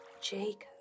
Jacob